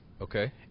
Okay